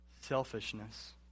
selfishness